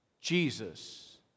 Jesus